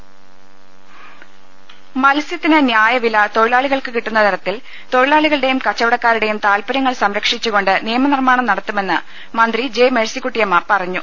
ദർവ്വട്ടങ മത്സൃത്തിന് ന്യായവില തൊഴിലാളികൾക്ക് കിട്ടുന്ന തരത്തിൽ തൊഴി ലാളികളുടെയും കച്ചവടക്കാരുടെയും താല്പര്യങ്ങൾ സംരക്ഷിച്ചു കൊണ്ട് നിയമനിർമ്മാണം നടത്തുമെന്ന്മന്ത്രി ജെ മേഴ്സിക്കുട്ടിയമ്മ പറഞ്ഞു